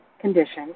Conditions